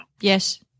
Yes